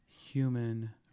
human